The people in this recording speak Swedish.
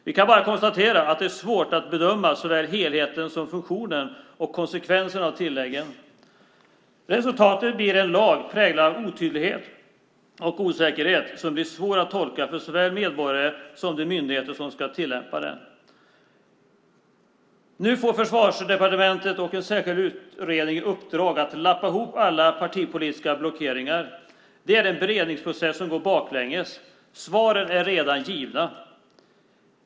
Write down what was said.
Vi kan bara konstatera att det är svårt att bedöma såväl helheten som funktionen och konsekvensen av tilläggen. Resultatet blir en lag präglad av otydlighet och osäkerhet som blir svår att tolka för såväl medborgare som de myndigheter som ska tillämpa den. Nu får Försvarsdepartementet och en särskild utredning i uppdrag att lappa ihop alla partipolitiska blockeringar. Det är en beredningsprocess som går baklänges. Svaren är redan givna.